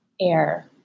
air